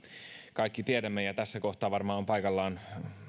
kaikki tiedämme ja tässä kohtaa varmaan on